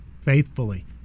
faithfully